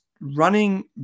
running